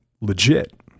legit